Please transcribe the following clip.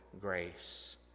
grace